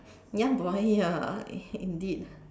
ya boy ya indeed